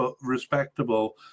respectable